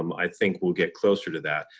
um i think we'll get closer to that,